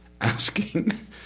asking